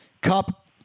Cup